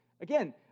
Again